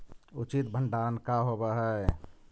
उचित भंडारण का होव हइ?